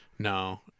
no